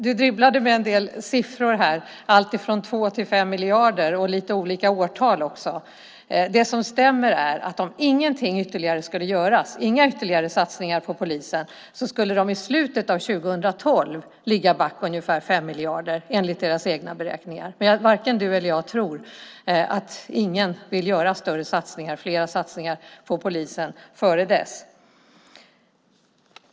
Du dribblade med en del siffror här - alltifrån 2 till 5 miljarder - och lite olika årtal också. Det stämmer att om inga ytterligare satsningar på polisen skulle göras skulle den enligt egna beräkningar i slutet av 2012 ligga back med ungefär 5 miljarder. Men varken du eller jag tror att ingen vill göra större och fler satsningar på polisen innan dess.